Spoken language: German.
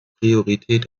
priorität